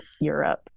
Europe